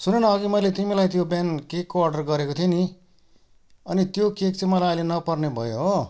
सुन न अअघि मैले तिमीलाई त्यो बिहान केकको अर्डर गरेको थिएँ नि अनि त्यो केक चाहिँ मलाई अहिले नपर्ने भयो हो